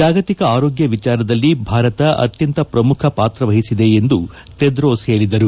ಜಾಗತಿಕ ಆರೋಗ್ಯ ವಿಚಾರದಲ್ಲಿ ಭಾರತ ಅತ್ಯಂತ ಪ್ರಮುಖ ಪಾತ್ರವಹಿಸಿದೆ ಎಂದು ತೆದ್ರೋಸ್ ಹೇಳಿದರು